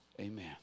amen